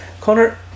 Connor